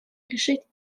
решить